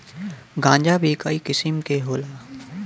गांजा भीं कई किसिम के होला